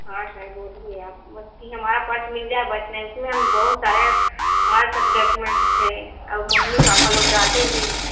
हाॅं सर बोलिए आप बस कि हमारा पर्स मिल जाए बस मैं उसमें हम बहुत सारे हमारा सब डॉक्यूमेंट्स थे और मम्मी पापा लोग डाटेंगी